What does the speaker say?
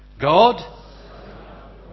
God